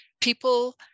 people